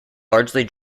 largely